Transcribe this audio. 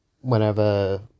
whenever